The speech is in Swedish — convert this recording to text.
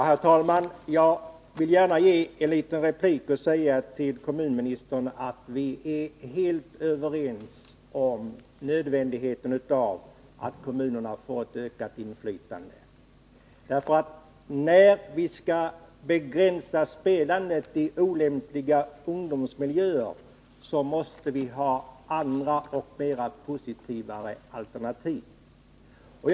Herr talman! Jag vill gärna säga till kommunministern att vi är helt överens om nödvändigheten av att kommunerna får ett ökat inflytande. När vi skall begränsa spelandet i olämpliga ungdomsmiljöer måste vi ha andra, positiva alternativ att erbjuda.